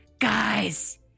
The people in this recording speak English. guys